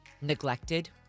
neglected